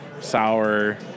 sour